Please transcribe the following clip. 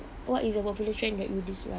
what is the popular trend that you dislike